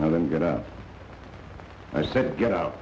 now then get out i said get out